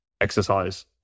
exercise